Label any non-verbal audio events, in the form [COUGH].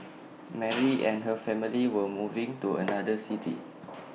[NOISE] Mary and her family were moving to another city